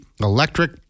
electric